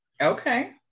Okay